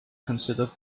considered